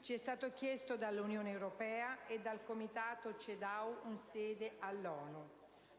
Ci è stato chiesto dall'Unione europea e dal Comitato CEDAW in seno all'ONU.